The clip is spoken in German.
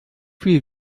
viel